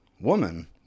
woman